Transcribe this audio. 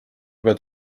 pead